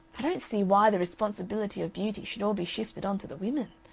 i don't see why the responsibility of beauty should all be shifted on to the women,